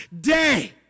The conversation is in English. day